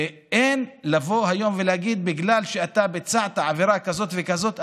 ואין להגיד היום: בגלל שאתה ביצעת עבירה כזאת וכזאת,